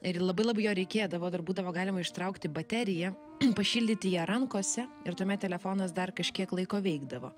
ir labai labai jo reikėdavo dar būdavo galima ištraukti bateriją pašildyti ją rankose ir tuomet telefonas dar kažkiek laiko veikdavo